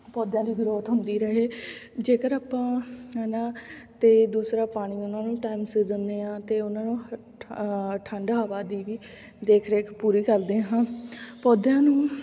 ਪੌਦਿਆਂ ਦੀ ਗਰੋਥ ਹੁੰਦੀ ਰਹੇ ਜੇਕਰ ਆਪਾਂ ਹੈ ਨਾ ਅਤੇ ਦੂਸਰਾ ਪਾਣੀ ਉਹਨਾਂ ਨੂੰ ਟਾਈਮ ਸਿਰ ਦਿੰਦੇ ਹਾਂ ਅਤੇ ਉਹਨਾਂ ਨੂੰ ਠੰਡ ਹਵਾ ਦੀ ਵੀ ਦੇਖ ਰੇਖ ਪੂਰੀ ਕਰਦੇ ਹਾਂ ਪੌਦਿਆਂ ਨੂੰ